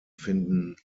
finden